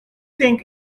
thing